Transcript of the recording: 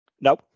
No